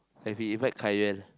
like if he invite Kai Yan